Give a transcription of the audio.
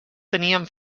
tenien